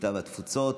הקליטה והתפוצות.